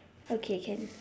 okay can